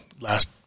last